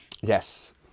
Yes